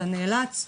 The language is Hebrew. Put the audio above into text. ישנן תקנות,